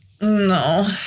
No